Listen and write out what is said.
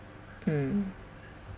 mm